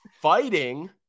fighting